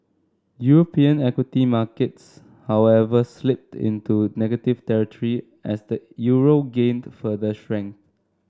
European equity markets however slipped into negative territory as the euro gained further strength